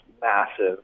massive